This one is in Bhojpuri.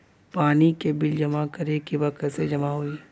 पानी के बिल जमा करे के बा कैसे जमा होई?